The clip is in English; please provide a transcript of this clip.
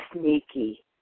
sneaky